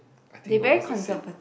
I think almost the same